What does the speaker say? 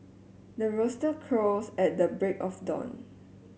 the rooster crows at the break of dawn